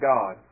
God